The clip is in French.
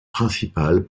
principales